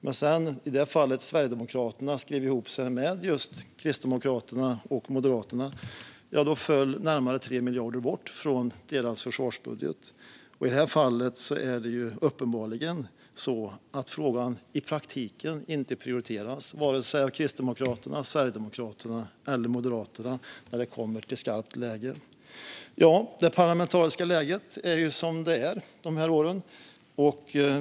När sedan i det fallet Sverigedemokraterna skrev ihop sig med just Kristdemokraterna och Moderaterna föll närmare 3 miljarder bort från deras försvarsbudget. I det här fallet är det uppenbart att frågan i praktiken inte prioriteras av vare sig Kristdemokraterna, Sverigedemokraterna eller Moderaterna när det kommer till skarpt läge. Ja, det parlamentariska läget är ju som det är de här åren.